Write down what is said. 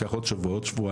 ייקח עוד שבוע עוד שבועיים,